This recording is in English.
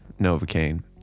Novocaine